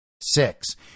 Six